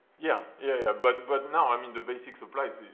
yeah, yeah, but but now, i mean, the basic supplies,